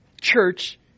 church